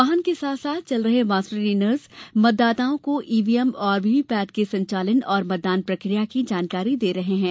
वाहन के साथ चल रहे मास्टर ट्रेनर द्वारा मतदाताओं को ईव्हीएम और वीवीपेट के संचालन और मतदान प्रकिया की जानकारी देंगे